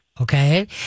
okay